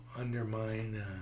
undermine